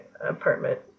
apartment